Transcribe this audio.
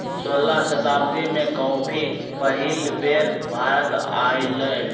सोलह शताब्दी में कॉफी पहिल बेर भारत आलय